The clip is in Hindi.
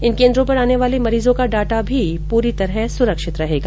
इन केंद्रों पर आने वाले मरीजों का डाटा भी पूरी तरह सुरक्षित रहेगा